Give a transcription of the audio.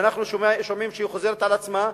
שאנחנו שומעים שהיא חוזרת על עצמה,